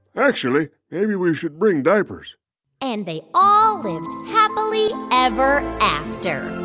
actually, maybe we should bring diapers and they all lived happily ever after,